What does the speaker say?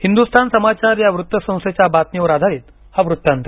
हिंदुस्थान समाचार या वृत्त संस्थेच्या बातमीवर आधारित हा वृत्तांत